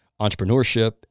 entrepreneurship